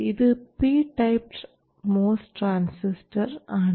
ഇത് p type MOS transistor ആണ്